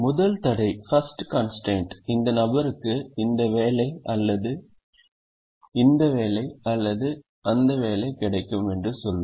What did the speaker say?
முதல் தடை இந்த நபருக்கு இந்த வேலை அல்லது இந்த வேலை அல்லது இந்த வேலை கிடைக்கும் என்று சொல்லும்